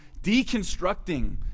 deconstructing